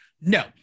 No